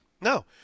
No